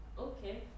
Okay